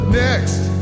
next